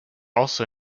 also